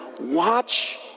watch